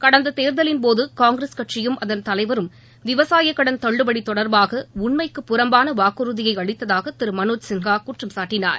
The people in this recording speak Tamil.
கடந்த தேர்தலின் போது காங்கிரஸ் கட்சியும் அதன் தலைவரும் விவசாய கடன் தள்ளுபடி தொடர்பாக உண்மைக்கு புறம்பான வாக்குறுதியை அளித்ததாக திரு மனோஜ் சின்ஹா குற்றம் சாட்டினார்